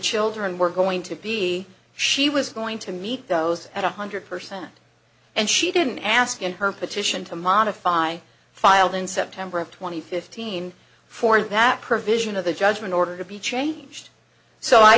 children were going to be she was going to meet those at one hundred percent and she didn't ask in her petition to modify filed in september of two thousand and fifteen for that provision of the judgment order to be changed so i